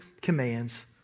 commands